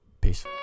Peace